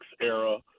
era